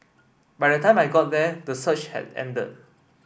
by the time I got there the surge had ended